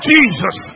Jesus